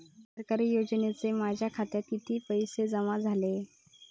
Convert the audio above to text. सरकारी योजनेचे माझ्या खात्यात किती पैसे जमा झाले?